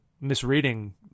misreading